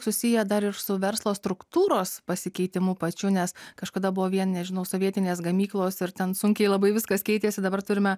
susiję dar ir su verslo struktūros pasikeitimu pačiu nes kažkada buvo vien nežinau sovietinės gamyklos ir ten sunkiai labai viskas keitėsi dabar turime